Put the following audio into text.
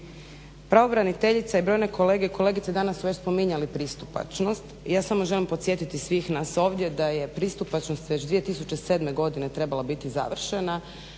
Pravobraniteljica i brojne kolege i kolegice danas su već spominjali pristupačnost. Ja samo želim podsjetiti svih nas ovdje da je pristupačnost već 2007. godine trebala biti završena.